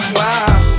wow